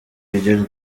iryo